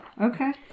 okay